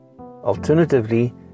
Alternatively